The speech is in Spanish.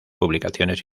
publicaciones